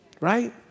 right